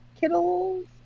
Kittles